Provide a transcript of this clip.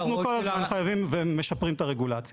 אנחנו כל הזמן משפרים את הרגולציה.